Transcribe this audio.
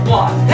one